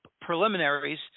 preliminaries